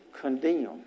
condemn